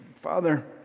Father